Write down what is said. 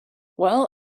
well